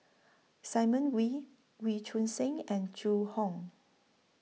Simon Wee Wee Choon Seng and Zhu Hong